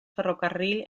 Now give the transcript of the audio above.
ferrocarril